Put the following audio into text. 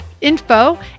info